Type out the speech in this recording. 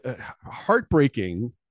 Heartbreaking